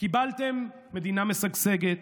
קיבלתם מדינה משגשגת,